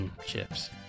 chips